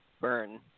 burn